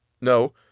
No